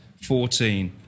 14